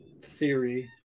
theory